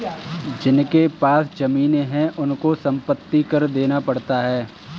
जिनके पास जमीने हैं उनको संपत्ति कर देना पड़ता है